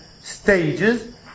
stages